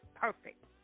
perfect